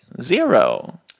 zero